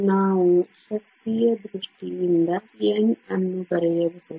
ನಾವು ಶಕ್ತಿಯ ದೃಷ್ಟಿಯಿಂದ n ಅನ್ನು ಬರೆಯಬಹುದು